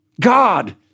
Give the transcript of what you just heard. God